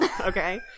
Okay